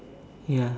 ya